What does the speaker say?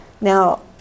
Now